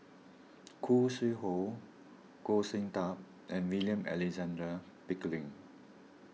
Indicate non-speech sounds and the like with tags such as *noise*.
*noise* Khoo Sui Hoe Goh Sin Tub and William Alexander Pickering